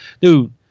dude